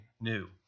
new